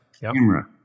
camera